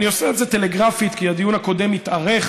אני עושה את זה טלגרפית, כי הדיון הקודם התארך.